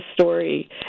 story